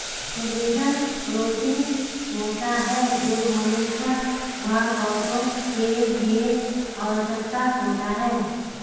collagen protein होता है जो मनुष्य व पौधा के लिए आवश्यक होता है